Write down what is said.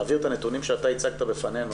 תעבירו אלינו את הנתונים שאתה הצגת בפנינו,